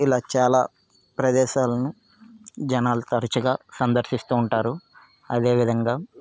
ఇలా చాలా ప్రదేశాలను జనాలు తరచుగా సందర్శిస్తూ ఉంటారు అదేవిధంగా